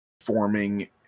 forming